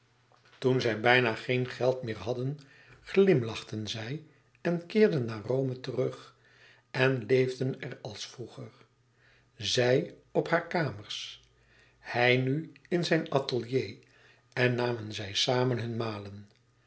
toen zij bijna geen geld meer hadden glimlachten zij en keerden naar rome terug en leefden er als vroeger zij ophare kamers hij nu in zijn atelier en namen zij samen hun malen